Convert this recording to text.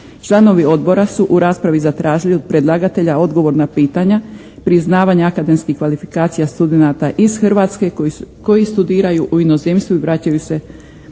Članovi Odbora su u raspravi zatražili od predlagatelja odgovor na pitanja priznavanja akademskih kvalifikacija studenata iz Hrvatske koji studiraju u inozemstvu i vraćaju se